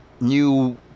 new